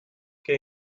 que